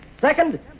Second